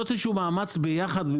גם